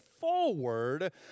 forward